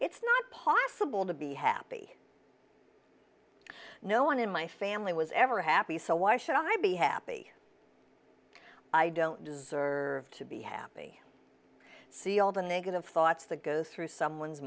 it's not possible to be happy no one in my family was ever happy so why should i be happy i don't deserve to be happy see all the negative thoughts that go through someone's